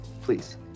please